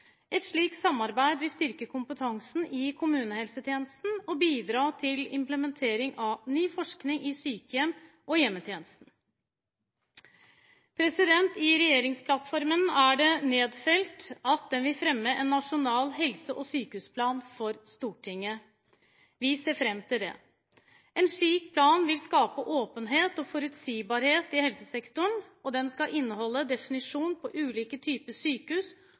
Et slikt samarbeid vil styrke kompetansen i kommunehelsetjenesten og bidra til implementering av ny forskning i sykehjem og i hjemmetjenesten. I regjeringsplattformen er det nedfelt at den vil fremme en nasjonal helse- og sykehusplan for Stortinget. Vi ser fram til det. En slik plan vil skape åpenhet og forutsigbarhet i helsesektoren, og den skal inneholde definisjon på ulike typer sykehus